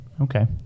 Okay